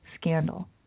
scandal